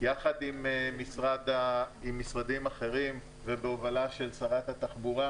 יחד עם משרדים אחרים ובהובלה של שרת התחבורה,